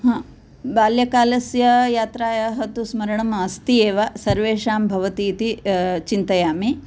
बाल्यकालस्य यात्रायाः तु स्मरणं अस्ति एव सर्वेषां भवति इति चिन्तयामि